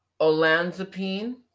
olanzapine